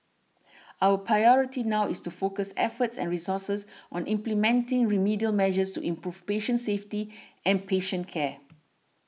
our priority now is to focus efforts and resources on implementing remedial measures improve patient safety and patient care